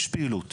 יש פעילות,